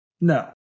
No